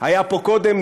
שהיה פה קודם,